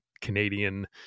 Canadian